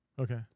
okay